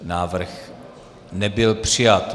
Návrh nebyl přijat.